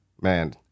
man